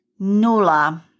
Nula